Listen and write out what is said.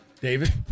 David